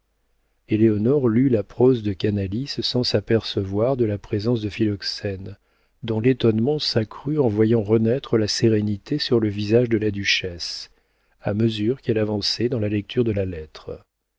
madame éléonore lut la prose de canalis sans s'apercevoir de la présence de philoxène dont l'étonnement s'accrut en voyant renaître la sérénité sur le visage de la duchesse à mesure qu'elle avançait dans la lecture de la lettre